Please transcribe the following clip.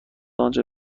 آنجا